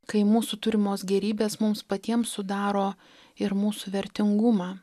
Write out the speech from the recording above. kai mūsų turimos gėrybės mums patiems sudaro ir mūsų vertingumą